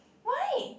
why